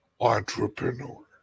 entrepreneur